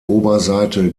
oberseite